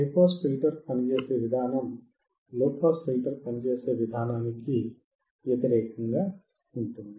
high pass filter పనిచేసే విధానం low pass filter పనిచేసే విధానానికి వ్యతిరేకం గా ఉంటుంది